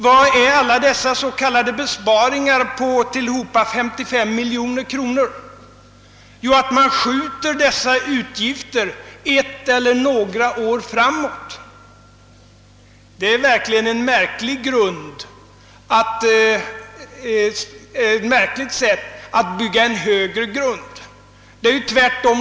Vad innebär alla dessa besparingar på tillsammans 55 miljoner kronor? Jo, att man skjuter dessa utgifter ett eller några år framåt. Detta är verkligen ett märkligt sätt att bygga en högre grund. Tvärtom.